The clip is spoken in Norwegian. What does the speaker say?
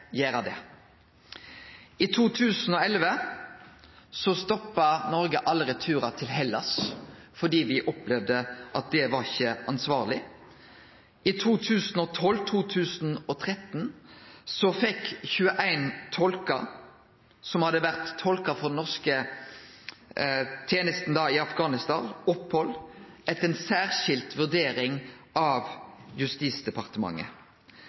gjere det. I 2011 stoppa Noreg alle returar til Hellas fordi me opplevde at det ikkje var ansvarleg. I 2012–2013 fekk 21 tolkar som hadde vore tolkar for den norske tenesta i Afghanistan, opphald etter ei særskild vurdering av Justisdepartementet.